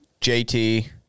JT